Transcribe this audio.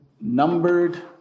numbered